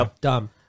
dumb